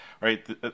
right